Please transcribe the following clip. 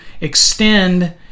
extend